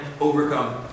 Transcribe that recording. overcome